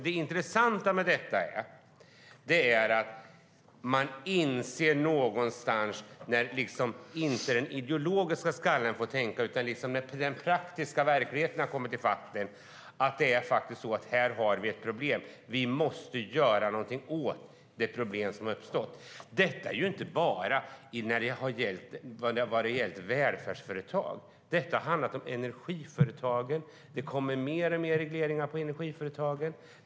Det intressanta med detta är att när inte den ideologiska skallen får tänka utan den praktiska verkligheten kommit i fatt inser de någonstans: Här har vi ett problem, och vi måste göra någonting åt det problem som uppstått. Det har inte bara gällt välfärdsföretag. Det har också handlat om energiföretagen. Det kommer allt fler regleringar för energiföretagen.